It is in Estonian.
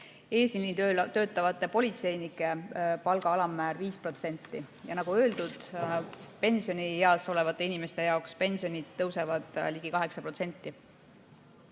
eesliinil töötavate politseinike palga alammäär 5%. Ja nagu öeldud, pensionieas olevate inimeste jaoks pensionid tõusevad ligi 8%.